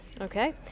Okay